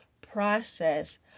process